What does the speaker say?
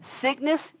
sickness